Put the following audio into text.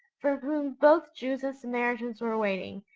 for whom both jews and samaritans were waiting,